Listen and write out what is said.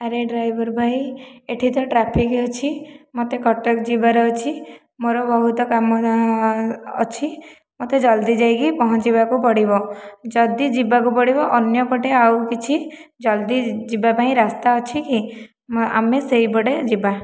ଆରେ ଡ୍ରାଇଭର ଭାଇ ଏଠିତ ଟ୍ରାଫିକ୍ ଅଛି ମୋତେ କଟକ ଯିବାର ଅଛି ମୋର ବହୁତ କାମ ଅଛି ମୋତେ ଜଲଦି ଯାଇକି ପହଞ୍ଚିବାକୁ ପଡ଼ିବ ଯଦି ଯିବାକୁ ପଡ଼ିବ ଅନ୍ୟ ପଟେ ଆଉ କିଛି ଜଲଦି ଯିବାପାଇଁ ରାସ୍ତା ଅଛି କି ଆମେ ସେହିପଟେ ଯିବା